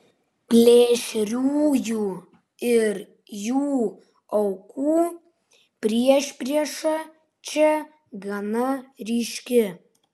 plėšriųjų ir jų aukų priešprieša čia gana ryški